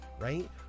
right